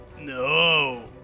No